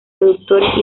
productores